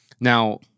Now